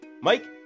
Mike